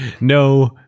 no